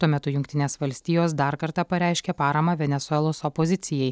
tuo metu jungtinės valstijos dar kartą pareiškė paramą venesuelos opozicijai